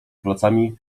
placami